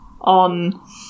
on